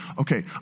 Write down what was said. Okay